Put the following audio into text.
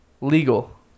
Legal